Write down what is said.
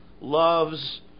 loves